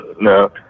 No